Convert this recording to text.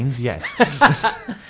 yes